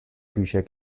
bücher